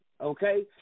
okay